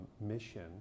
mission